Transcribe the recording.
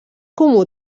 comú